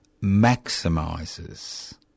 maximises